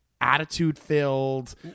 attitude-filled